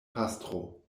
pastro